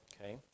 okay